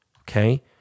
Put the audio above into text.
Okay